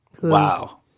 Wow